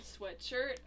sweatshirt